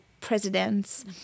presidents